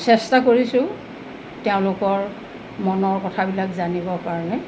চেষ্টা কৰিছোঁ তেওঁলোকৰ মনৰ কথাবিলাক জানিবৰ কাৰণে